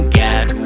get